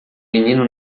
menino